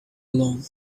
long